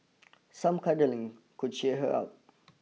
some cuddling could cheer her up